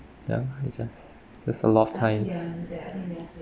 ya it just there's a lot of times